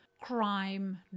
crime